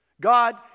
God